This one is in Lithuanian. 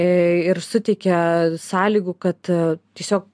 ir suteikia sąlygų kad tiesiog